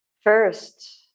First